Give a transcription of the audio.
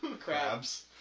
Crabs